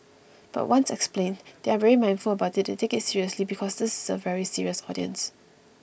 but once explained they are very mindful about it they take it seriously because this is a very serious audience